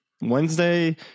Wednesday